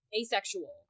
asexual